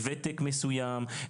ותק מסוים,